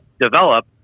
develop